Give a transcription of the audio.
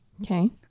Okay